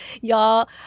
Y'all